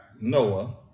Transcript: Noah